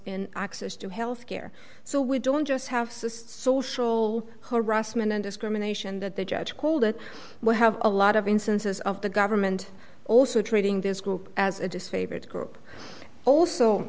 in access to healthcare so we don't just have cysts social harassment and discrimination that the judge told it will have a lot of instances of the government also treating this group as a disfavored group also